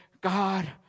God